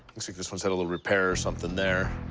looks like this one had a little repair something there.